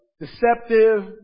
deceptive